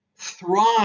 Thrive